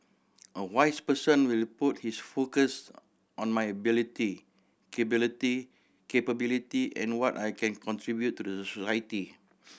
a wise person will put his focus on my ability capability and what I can contribute to the society